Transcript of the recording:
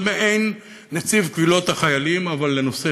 זה מעין נציב קבילות חיילים אבל לנושא